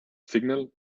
signal